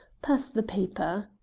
pass the paper.